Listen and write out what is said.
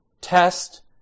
test